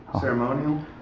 Ceremonial